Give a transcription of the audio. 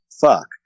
Fuck